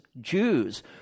jews